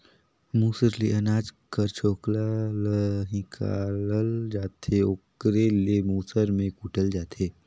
मूसर ले अनाज कर छोकला ल हिंकालल जाथे ओकरे ले मूसर में कूटल जाथे